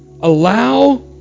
allow